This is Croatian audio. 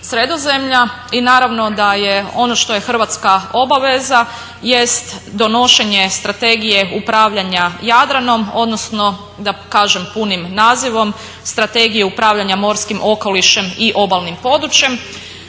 Sredozemlja i naravno da je ono što je hrvatska obaveza jest donošenje strategije upravljanja Jadranom odnosno da kažem punim nazivom, Strategija upravljanja morskim okolišem i obalnim područjem.